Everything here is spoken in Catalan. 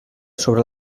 sobre